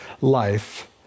life